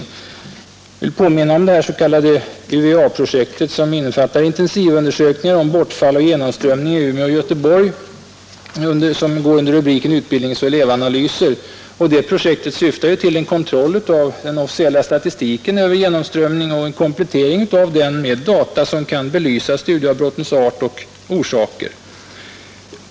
Jag vill påminna om det s.k. UEA-projektet som innefattar intensivundersökningar om bortfall och genomströmning i Umeå och Göteborg under rubriken Utbildningsoch elevanalyser. Projektet syftar till en kontroll av den officiella statistiken över genomströmningen och en komplettering av den med data, som kan belysa studieavbrottens art och orsaker.